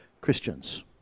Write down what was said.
Christians